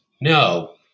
No